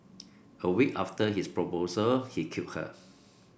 a week after his proposal he killed her